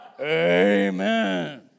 Amen